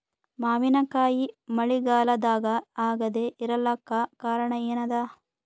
ಮಾವಿನಕಾಯಿ ಮಳಿಗಾಲದಾಗ ಆಗದೆ ಇರಲಾಕ ಕಾರಣ ಏನದ?